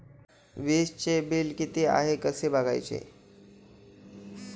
वीजचे बिल किती आहे कसे बघायचे?